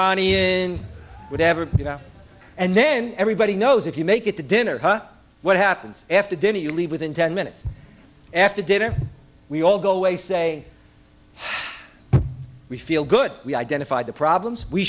n whatever you know and then everybody knows if you make it to dinner what happens after dinner you leave within ten minutes after dinner we all go away say we feel good we identified the problems we